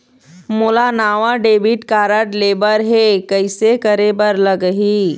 मोला नावा debit card लेबर हे, कइसे करे बर लगही?